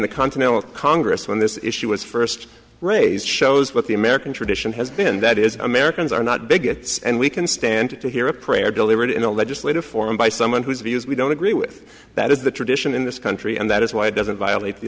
the continental congress when this issue was first raised shows what the american tradition has been that is americans are not bigots and we can stand to hear a prayer delivered in a legislative form by someone whose views we don't agree with that is the tradition in this country and that is why it doesn't violate the